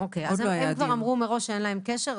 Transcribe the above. הם כבר אמרו מראש שאין להם קשר.